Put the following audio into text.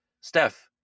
Steph